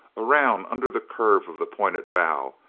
around under the curve of the pointed bow,